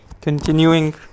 continuing